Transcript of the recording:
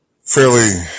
fairly